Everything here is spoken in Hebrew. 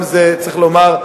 צריך גם לומר,